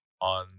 on